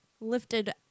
lifted